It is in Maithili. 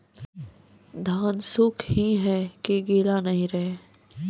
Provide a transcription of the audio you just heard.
धान सुख ही है की गीला नहीं रहे?